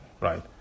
right